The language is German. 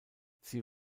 sie